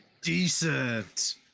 decent